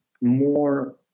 more